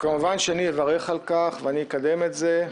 כמובן שאני אברך על כך ואני אקדם את זה,